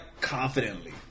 confidently